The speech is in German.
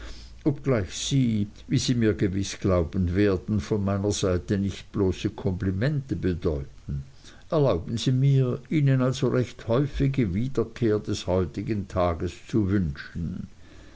obgleich sie wie sie mir gewiß glauben werden von meiner seite nicht bloße komplimente bedeuten erlauben sie mir ihnen also recht häufige wiederkehr des heutigen tages zu wünschen